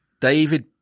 David